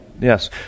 Yes